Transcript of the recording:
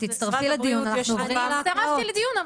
תצטרפי לדיון,